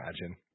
imagine